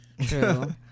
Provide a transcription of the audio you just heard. True